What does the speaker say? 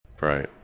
Right